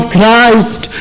Christ